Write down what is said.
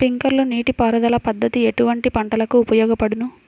Sprinkler నీటిపారుదల పద్దతి ఎటువంటి పంటలకు ఉపయోగపడును?